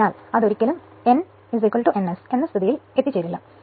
എന്നാൽ അതൊരിക്കലും n ns എന്ന സ്ഥിതിയിൽ എത്തില്ല